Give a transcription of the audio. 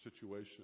situation